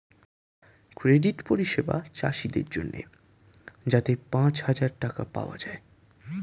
credit পরিষেবা চাষীদের জন্যে যাতে পাঁচ হাজার টাকা পাওয়া যায়